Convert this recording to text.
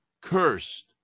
cursed